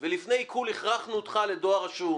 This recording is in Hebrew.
ולפני עיקול הכרחנו אותך לדואר רשום.